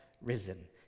risen